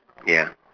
ya